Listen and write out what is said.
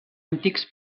antics